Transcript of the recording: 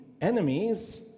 enemies